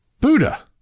Buddha